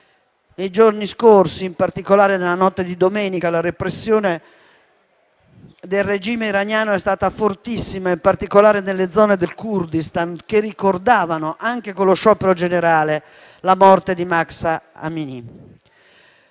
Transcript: Nei giorni scorsi, in particolare nella notte di domenica, la repressione del regime iraniano è stata fortissima, in particolare nelle zone del Kurdistan dove hanno avuto luogo proteste che ricordavano, anche con lo sciopero generale, la morte di Mahsa Amini.